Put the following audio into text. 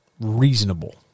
reasonable